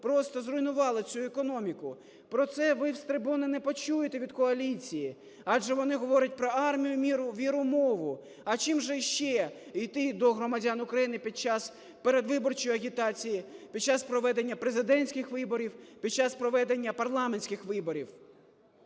просто зруйнували цю економіку. Про це ви з трибуни не почуєте від коаліції, адже вони говорять про армію, віру, мову. А з чим же ще йти до громадян України під час передвиборчої агітації, під час проведення президентських виборів, під час проведення парламентських виборів?